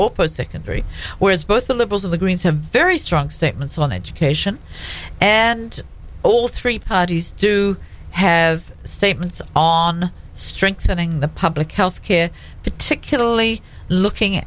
secondary secondary whereas both the liberals of the greens have very strong statements on education and all three parties to have statements on strengthening the public health care particularly looking